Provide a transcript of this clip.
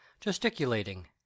gesticulating